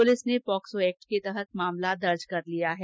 police ने POCSO act के तहत मामला दर्ज किया है